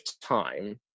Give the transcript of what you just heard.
time